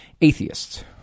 atheists